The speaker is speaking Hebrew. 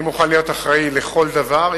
אני מוכן להיות אחראי לכל דבר,